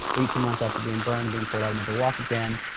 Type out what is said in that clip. eighteen months after being burned, being told um never walk again,